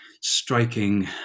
striking